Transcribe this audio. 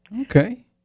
Okay